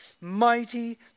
mighty